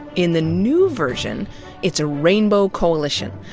in the new version it's a rainbow coalition.